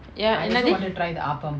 ya என்னது:ennathu